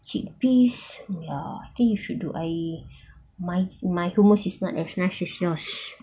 chickpeas ya I think you should do I my my hummus is not as nice as yours